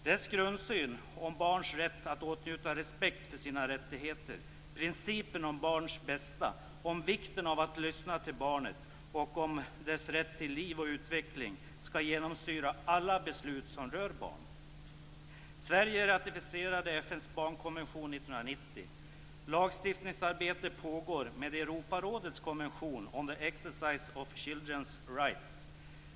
Dess grundsyn om barns rätt att åtnjuta respekt för sina rättigheter, principen om barns bästa, om vikten av att lyssna till barnet och om dess rätt till liv och utveckling skall genomsyra alla beslut som rör barn. Lagstiftningsarbetet pågår med Europarådets konvention on the exercise of children's rights.